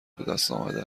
بهدستآمده